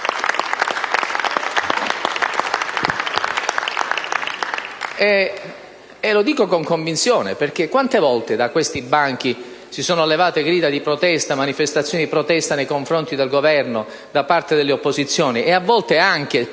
E lo dico con convinzione, perché quante volte da questi banchi si sono levate, manifestazioni di protesta nei confronti del Governo da parte delle opposizioni e a volte anche,